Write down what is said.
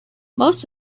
most